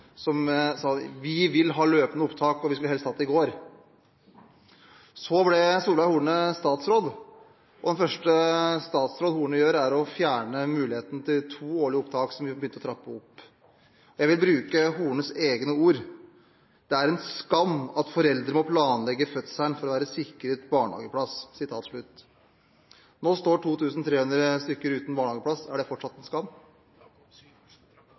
sa at Fremskrittspartiet ville ha løpende barnehageopptak – helst i går. Så ble Solveig Horne statsråd, og det første statsråd Horne gjør, er å fjerne muligheten til to årlige opptak, som vi hadde begynt å trappe opp. Jeg vil bruke Hornes egne ord: «Det er en skam at foreldre må planlegge fødselen for å være sikret barnehageplass». Nå står 2 300 barn uten barnehageplass. Er det fortsatt en skam?